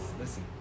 listen